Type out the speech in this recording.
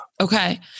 Okay